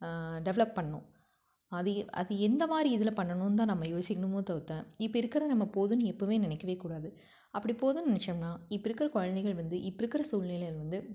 develop பண்ணணும் அது எ அது எந்த மாதிரி இதில் பண்ணணுன்னு தான் நம்ம யோசிக்கணுமோ தவிர்த்து இப்போ இருக்கிற நம்ம போதும்னு எப்போவுமே நினைக்கவேக்கூடாது அப்படி போதும்னு நினைச்சோம்னா இப்போ இருக்கிற குழந்தைகள் வந்து இப்போ இருக்கிற சூழ்நிலையில் வந்து